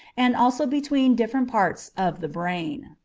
and also between different parts of the brain.